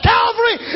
Calvary